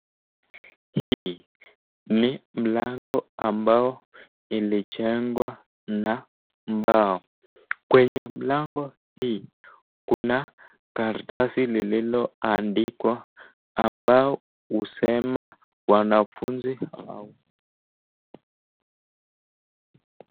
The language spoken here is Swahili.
Hii ni mlango ambao ilijengwa na mbao, kwenye mlango hii kuna karatasi lililoandikwa ambao husema wanafunzi